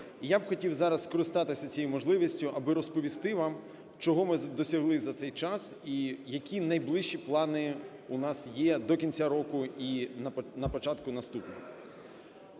я б хотів зараз скористатися цією можливістю, аби розповісти вам, чого ми досягли за цей час і які найближчі плани у нас є до кінця року і на початку наступного.